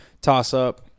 toss-up